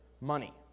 money